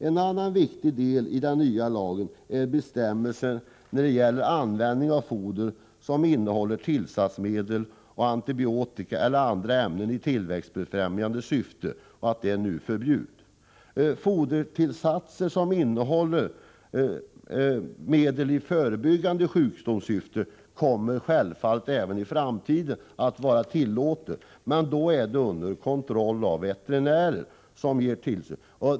En annan viktig del i den nya lagen är att användning av foder som innehåller tillsatsmedel av antibiotika eller andra ämnen i tillväxtbefrämjande syfte förbjuds. Fodertillsatser som innehåller medel för att förebygga sjukdomar kommer självfallet att vara tillåtna även i framtiden, men då under kontroll av veterinär.